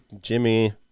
Jimmy